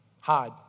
Hide